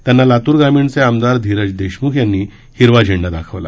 त्यांना लातूर ग्रामीणचे आमदार धीरज देशम्ख यांनी हिरवा झेंडा दाखवला